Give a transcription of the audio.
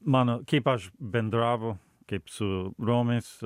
mano kaip aš bendravo kaip su romais